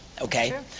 Okay